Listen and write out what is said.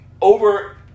over